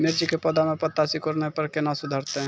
मिर्ची के पौघा मे पत्ता सिकुड़ने पर कैना सुधरतै?